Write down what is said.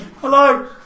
Hello